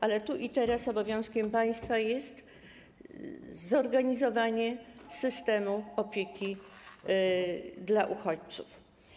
Ale tu i teraz obowiązkiem państwa jest zorganizowanie systemu opieki dla uchodźców.